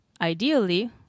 ideally